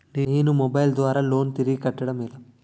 నేను మొబైల్ ద్వారా లోన్ తిరిగి కట్టడం ఎలా?